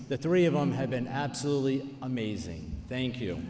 the three of them have been absolutely amazing thank you